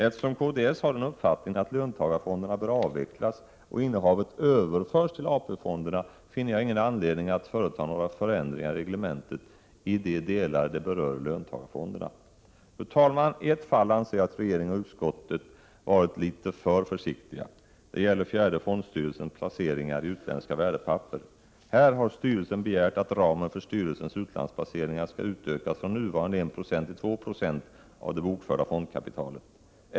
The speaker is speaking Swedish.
Eftersom kds har uppfattningen att löntagarfonderna bör avvecklas och innehavet överföras till AP-fonderna, finner jag ingen anledning att företa några förändringar i reglementet i de delar det berör löntagarfonderna. Fru talman! I ett fall anser jag att regeringen och utskottet har varit litet för försiktiga. Det gäller fjärde fondstyrelsens placeringar i utländska värdepapper. Här har styrelsen begärt att ramen för styrelsens utlandsplaceringar skall utökas från nuvarande 1 96 till 2 96 av det bokförda fondkapitalet.